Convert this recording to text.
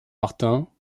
martin